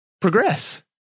progress